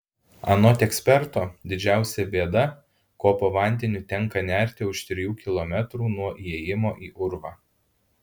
anot eksperto didžiausia bėda ko po vandeniu tenka nerti už trijų kilometrų nuo įėjimo į urvą